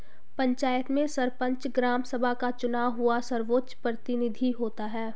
पंचायत में सरपंच, ग्राम सभा का चुना हुआ सर्वोच्च प्रतिनिधि होता है